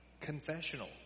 confessional